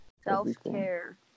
self-care